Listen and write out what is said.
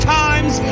times